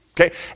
okay